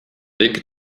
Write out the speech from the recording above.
denke